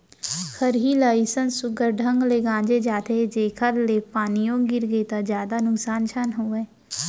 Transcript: खरही ल अइसन सुग्घर ढंग ले गांजे जाथे जेकर ले पानियो गिरगे त जादा नुकसान झन होवय